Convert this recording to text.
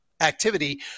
activity